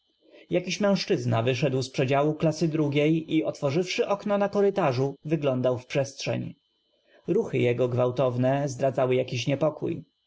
jakiś mężczyzna wyszedł z przedziału klasy drugiej i otw orzyw szy okno na korytarzu w yglądał w przestrzeń ruchy jego gw ałtow ne zdradzały jakby niepokój